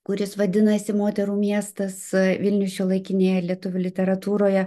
kuris vadinasi moterų miestas vilnius šiuolaikinėje lietuvių literatūroje